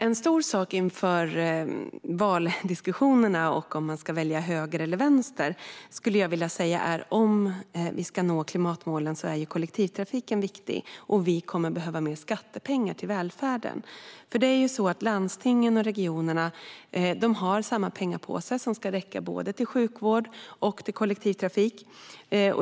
En stor och viktig sak inför valdiskussionerna och i valet mellan höger och vänster skulle jag säga är kollektivtrafiken om vi ska nå klimatmålen, och att vi kommer att behöva mer skattepengar till välfärden. Landstingen och regionerna har samma pengapåse som ska räcka både till sjukvård och till kollektivtrafik.